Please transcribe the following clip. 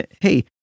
Hey